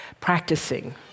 practicing